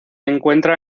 encuentra